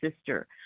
sister